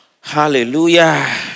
Hallelujah